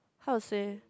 how to say